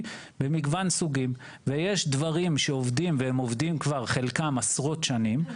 במגוון סוגים ויש דברים שעובדים והם עובדים כבר חלקם עשרות שנים,